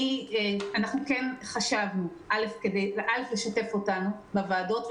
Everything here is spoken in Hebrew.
הצענו שישתפו אותנו בוועדות.